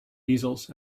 easels